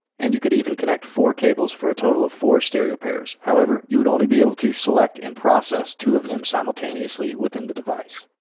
and you could even connect four cables for a total of four stereo pairs, however you would only be able to select and process two of them simultaneously within the device.